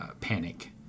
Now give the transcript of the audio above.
panic